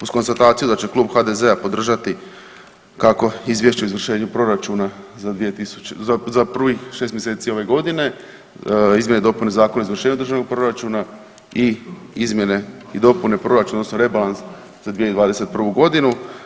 Uz konstataciju da će klub HDZ-a podržati kako izvješće o izvršenju proračuna za prvih 6 mjeseci ove godine, izmjene i dopune Zakona o izvršenju državnog proračuna i izmjene i dopune proračuna odnosno rebalans za 2021. godinu.